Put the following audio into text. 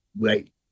right